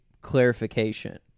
clarification